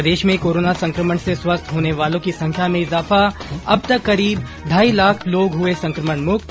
प्रदेश में कोरोना संकमण से स्वस्थ होने वालों की संख्या में इजाफा अब तक करीब ढाई लाख लोग हुए संक्रमण मुक्त